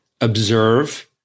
observe